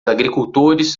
agricultores